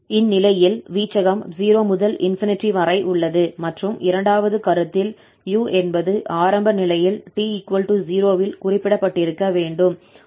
இந்நிலையில் வீச்சகம் 0 முதல் ∞ வரை உள்ளது மற்றும் இரண்டாவது கருத்தில் 𝑢 என்பது ஆரம்ப நிலையில் 𝑡 0 இல் குறிப்பிடப்பட்டிருக்க வேண்டும்